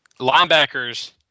Linebackers